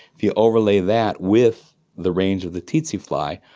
if you overlay that with the range of the tsetse fly,